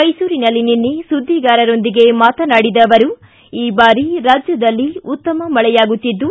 ಮೈಸೂರಿನಲ್ಲಿ ನಿನ್ನೆ ಸುದ್ದಿಗಾರರೊಂದಿಗೆ ಮಾತನಾಡಿದ ಅವರು ಈ ಬಾರಿ ರಾಜ್ಯದಲ್ಲಿ ಉತ್ತಮ ಮಳೆಯಾಗುತ್ತಿದ್ದು